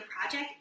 project